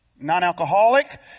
non-alcoholic